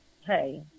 hey